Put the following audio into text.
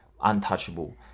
untouchable